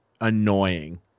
annoying